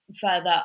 further